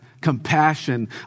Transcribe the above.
compassion